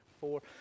four